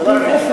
זה לא תקני.